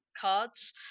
cards